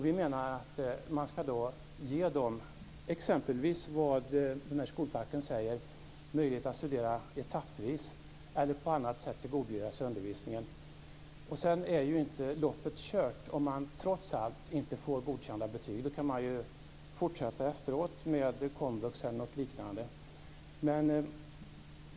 Vi menar att man skall ge dem exempelvis vad skolfacken säger, nämligen möjlighet att studera etappvis eller på annat sätt tillgodogöra sig undervisningen. Sedan är inte loppet kört om man trots allt inte får godkända betyg, utan då kan man fortsätta efteråt med komvux eller något liknande.